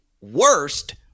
worst